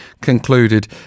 concluded